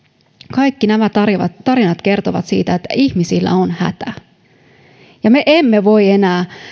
kaikki nämä tarinat kertovat siitä että ihmisillä on hätä me emme voi enää